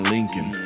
Lincoln